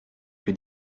que